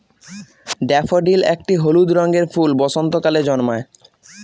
daffodil একটি হলুদ রঙের ফুল বসন্তকালে জন্মায়